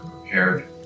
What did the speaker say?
prepared